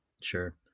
Sure